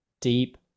deep